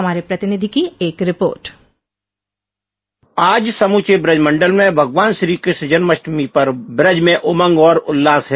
हमारे प्रतिनिधि की एक रिपोर्ट आज समूचे ब्रजमंडल में भगवान श्रीकृष्ण जन्माष्टमी पर ब्रज में उमंग और उल्लास है